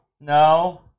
No